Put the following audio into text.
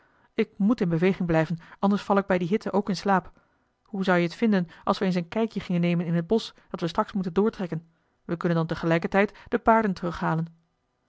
ik moet in beweging blijven anders val ik bij die hitte ook in slaap hoe zou je het vinden als we eens een kijkje gingen nemen in het bosch dat we straks moeten doortrekken we kunnen dan tegelijkertijd de paarden terughalen